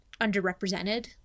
underrepresented